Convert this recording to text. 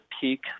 peak